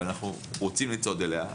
אבל אנו רוצים לצעוד אליה,